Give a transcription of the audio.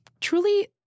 truly